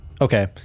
Okay